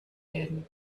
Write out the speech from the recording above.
werden